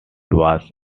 was